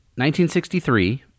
1963